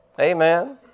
Amen